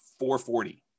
440